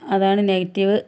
അതാണ് നെഗറ്റിവ്